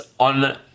on